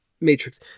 Matrix